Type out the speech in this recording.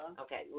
Okay